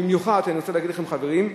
במיוחד, ואני רוצה להגיד לכם, חברים,